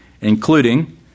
including